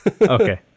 okay